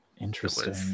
Interesting